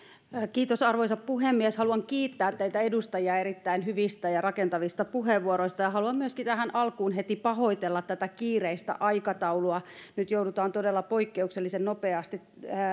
kiitos arvoisa puhemies haluan kiittää teitä edustajia erittäin hyvistä ja rakentavista puheenvuoroista ja haluan tähän alkuun myöskin heti pahoitella tätä kiireistä aikataulua nyt joudutaan todella poikkeuksellisen nopeasti